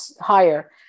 higher